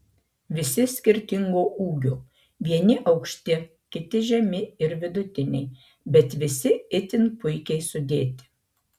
visi skirtingo ūgio vieni aukšti kiti žemi ir vidutiniai bet visi itin puikiai sudėti